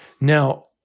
Now